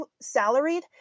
salaried